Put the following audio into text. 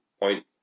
point